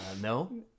No